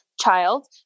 child